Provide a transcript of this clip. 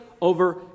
over